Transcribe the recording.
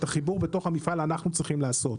את החיבור בתוך המפעל אנחנו צריכים לעשות,